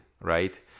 right